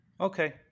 Okay